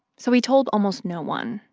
so he told almost no one,